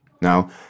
Now